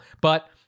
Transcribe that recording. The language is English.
but-